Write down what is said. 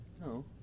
No